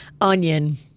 Onion